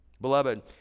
Beloved